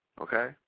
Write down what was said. Okay